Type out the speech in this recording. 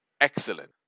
excellent